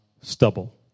stubble